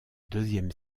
deuxième